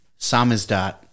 samizdat